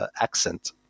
accent